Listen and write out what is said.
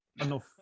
enough